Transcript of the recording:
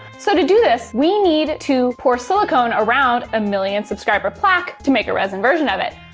so to do this, we need to pour silicone around a million subscriber plaque to make a resin version of it.